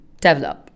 develop